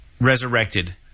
Resurrected